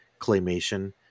claymation